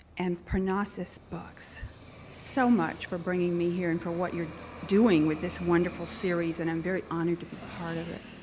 and parnassus books so much for bringing me here and for what you're doing with this wonderful series. and i'm very honored to be part of it.